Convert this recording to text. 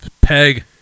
peg